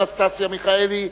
אנסטסיה מיכאלי,